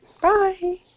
Bye